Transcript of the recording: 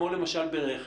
כמו למשל ברכש.